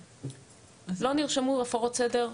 לא נרשמו הפרות סדר,